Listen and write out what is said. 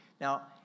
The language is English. Now